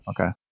Okay